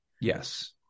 Yes